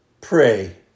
pray